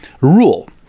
rule